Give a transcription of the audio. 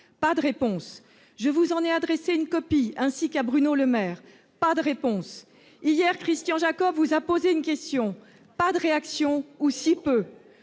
Pas de réponse ! Je vous ai adressé une copie de ce courrier, ainsi qu'à Bruno Le Maire. Pas de réponse ! Hier, Christian Jacob vous a posé une question. Pas de réaction, ou si peu !